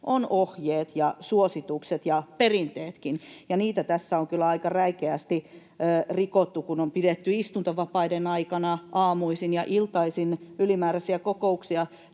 on ohjeet ja suositukset ja perinteetkin, ja niitä tässä on kyllä aika räikeästi rikottu, kun on pidetty istuntovapaiden aikana aamuisin ja iltaisin ylimääräisiä kokouksia.